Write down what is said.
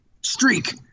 streak